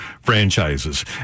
franchises